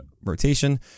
rotation